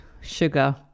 sugar